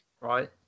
Right